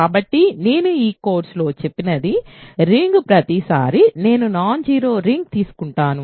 కాబట్టి నేను ఈ కోర్సులో చెప్పిన రింగ్ ప్రతిసారీ నేను నాన్ జీరో రింగ్ తీసుకుంటాను